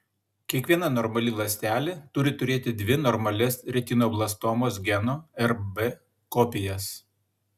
kiekviena normali ląstelė turi turėti dvi normalias retinoblastomos geno rb kopijas